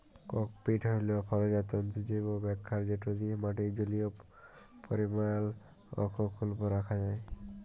cocopeat হ্যইল ফলজাত তল্তুর জৈব ব্যাভার যেট দিঁয়ে মাটির জলীয় পরিমাল অখ্খুল্ল রাখা যায়